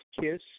Kiss